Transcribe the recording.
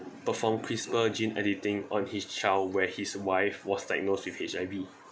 perform CRISPR gene editing on his child where his wife was diagnosed with H_I_V